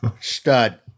Stud